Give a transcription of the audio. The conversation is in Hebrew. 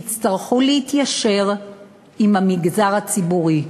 יצטרכו להתיישר עם המגזר הציבורי.